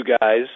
guys